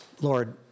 Lord